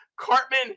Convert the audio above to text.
Cartman